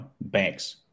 banks